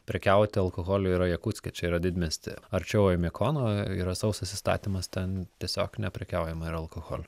prekiauti alkoholiu yra jakutske čia yra didmiesty arčiau oimiakono yra sausas įstatymas ten tiesiog neprekiaujama yra alkoholiu